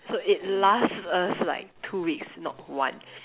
so it lasts us like two weeks not one